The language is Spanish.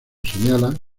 señala